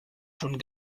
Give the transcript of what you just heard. schon